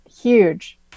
huge